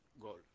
goal